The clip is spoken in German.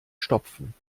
stopfen